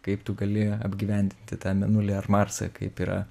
kaip tu gali apgyvendinti tą mėnulį ar marsą kaip yra